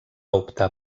optar